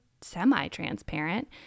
semi-transparent